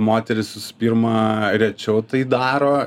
moterys visų pirma rečiau tai daro